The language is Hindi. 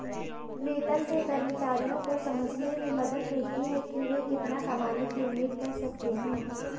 वेतन से कर्मचारियों को समझने में मदद मिलती है कि वे कितना कमाने की उम्मीद कर सकते हैं